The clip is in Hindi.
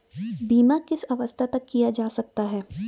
बीमा किस अवस्था तक किया जा सकता है?